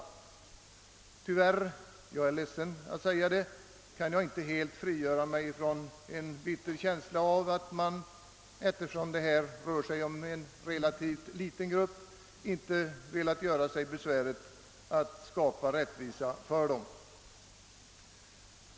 Tyvärr, jag är ledsen att säga det, kan jag inte frigöra mig från känslan att man, eftersom det här rör sig om en relativt liten grupp, inte velat göra sig besväret att skapa rättvisa för den.